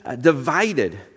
divided